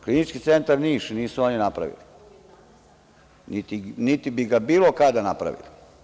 Klinički centar Niš nisu oni napravili, niti bi ga bilo kada napravili.